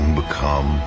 become